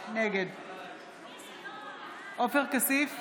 נגד עופר כסיף,